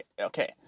okay